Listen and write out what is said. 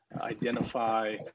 identify